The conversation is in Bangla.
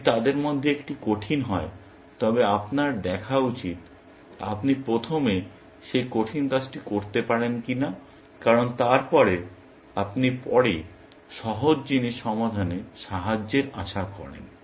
যদি তাদের মধ্যে একটি কঠিন হয় তবে আপনার দেখা উচিত আপনি প্রথমে সেই কঠিন কাজটি করতে পারেন কিনা কারণ তারপরে আপনি পরে সহজ জিনিস সমাধানে সাহায্যের আশা করেন